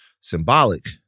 symbolic